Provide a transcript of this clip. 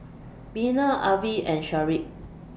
Bena Avie and Shedrick